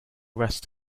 rest